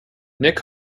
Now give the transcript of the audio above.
nick